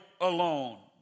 alone